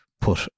put